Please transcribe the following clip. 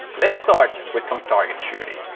let's start with some target shooting.